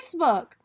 Facebook